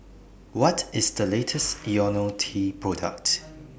What IS The latest Ionil T Product